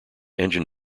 engine